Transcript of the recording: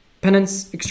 penance